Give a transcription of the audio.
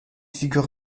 figure